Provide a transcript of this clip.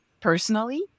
personally